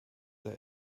der